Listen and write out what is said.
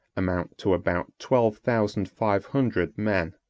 amount to about twelve thousand five hundred men.